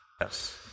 Yes